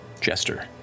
Jester